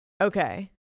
Okay